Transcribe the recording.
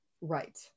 Right